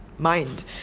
mind